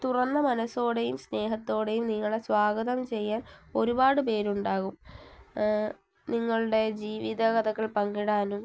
തുറന്ന മനസ്സോടെയും സ്നേഹത്തോടെയും നിങ്ങളെ സ്വാഗതം ചെയ്യാൻ ഒരുപാട് പേരുണ്ടാകും നിങ്ങളുടെ ജീവിത കഥകൾ പങ്കിടാനും